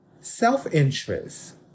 Self-interest